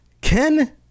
Ken